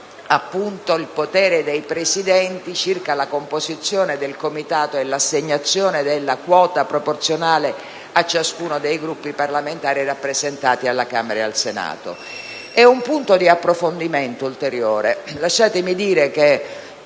il potere dei Presidenti circa la composizione del Comitato e l'assegnazione della quota proporzionale a ciascuno dei Gruppi parlamentari rappresentati alla Camera e al Senato. È un punto di approfondimento ulteriore.